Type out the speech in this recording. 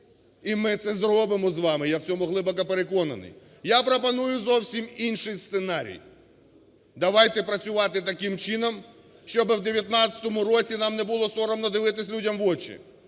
І ми це зробимо з вами, я в цьому глибоко переконаний. Я пропоную зовсім інший сценарій. Давайте працювати таким чином, щоби в 2019 році нам не було соромно дивитись людям в очі,